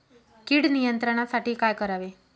कीड नियंत्रणासाठी काय करावे?